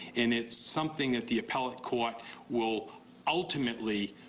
and it's something the appellate court will ultimately,